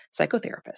psychotherapist